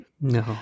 No